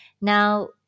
Now